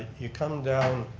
you come down,